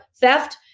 theft